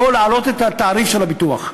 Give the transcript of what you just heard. או להעלות את התעריף של הביטוח.